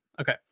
Okay